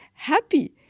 happy